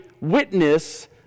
witness